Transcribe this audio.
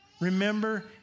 Remember